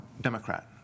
Democrat